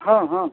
हो हो